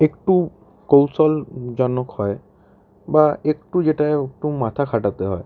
একটু কৌশলজনক হয় বা একটু যেটায় একটু মাথা খাঠাতে হয়